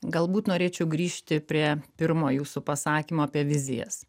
galbūt norėčiau grįžti prie pirmo jūsų pasakymo apie vizijas